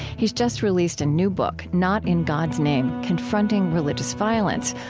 he's just released a new book, not in god's name confronting religious violence,